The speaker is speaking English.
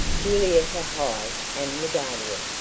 julietta hyde and the guardian.